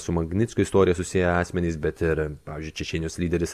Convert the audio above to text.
su magnickio istorija susiję asmenys bet ir pavyzdžiui čečėnijos lyderis